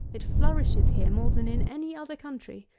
it flourishes here more than in any other country.